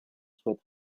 souhaite